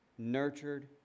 nurtured